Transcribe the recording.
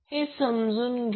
तर मला ते स्पष्ट करू द्या